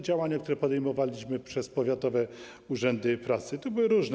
Działania, które podejmowaliśmy przez powiatowe urzędy pracy, były różne.